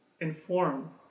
inform